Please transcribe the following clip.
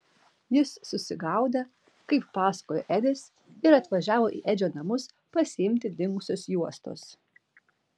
jis susigaudę kaip pasakojo edis ir atvažiavo į edžio namus pasiimti dingusios juostos